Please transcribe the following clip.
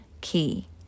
key